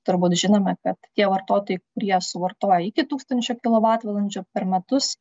turbūt žinome kad tie vartotojai kurie suvartoja iki tūkstančio kilovatvalandžių per metus